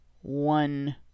one